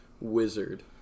wizard